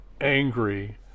angry